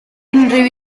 unrhyw